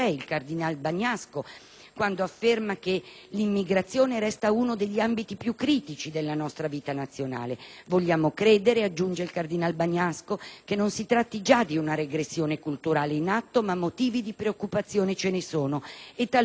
quando afferma che l'immigrazione «resta uno degli ambiti più critici della nostra vita nazionale. Vogliamo credere che non si tratti già di una regressione culturale in atto, ma motivi di preoccupazione ce ne sono, e talora anche allarmi».